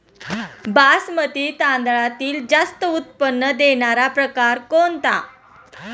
बासमती तांदळातील जास्त उत्पन्न देणारा प्रकार कोणता?